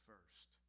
first